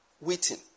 waiting